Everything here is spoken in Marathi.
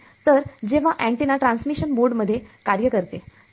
तर जेव्हा अँटेना ट्रान्समिशन मोड मध्ये कार्य करते